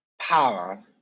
power